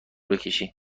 بکشی